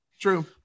True